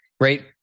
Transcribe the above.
right